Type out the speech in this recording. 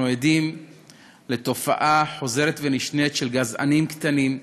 אנחנו עדים לתופעה חוזרת ונשנית של גזענים קטנים,